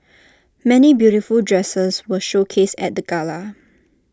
many beautiful dresses were showcased at the gala